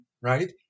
right